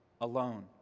alone